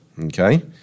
okay